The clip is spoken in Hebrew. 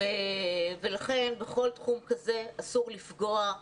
ולכן, בכל תחום כזה אסור לפגוע.